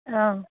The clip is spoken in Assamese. অঁ